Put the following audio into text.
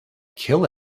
kill